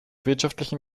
wirtschaftlichen